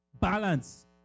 Balance